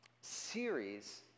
series